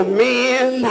men